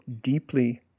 deeply